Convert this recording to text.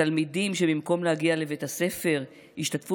תלמידים שבמקום להגיע לבית הספר השתתפו